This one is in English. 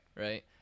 Right